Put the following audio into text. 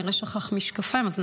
אני